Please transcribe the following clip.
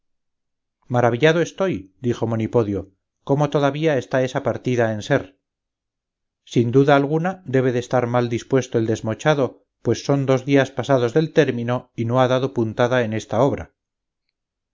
maravillado estoy dijo monipodio cómo todavía está esa partida en ser sin duda alguna debe de estar mal dispuesto el desmochado pues son dos días pasados del término y no ha dado puntada en esta obra